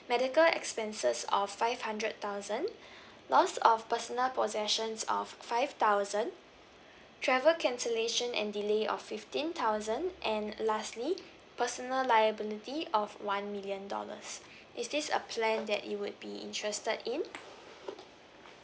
medical expenses of five hundred thousand loss of personal possessions of five thousand travel cancellation and delay of fifteen thousand and lastly personal liability of one million dollars is this a plan that you would be interested in